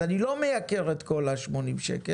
אז אני לא מייקר את כל ה-80 שקל,